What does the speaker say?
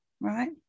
Right